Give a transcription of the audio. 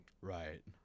right